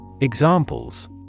Examples